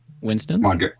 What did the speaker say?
Winston